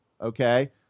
okay